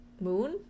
moon